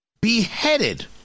beheaded